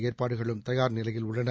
ஏற்பாடுகளும் தயார் நிலையில் உள்ளன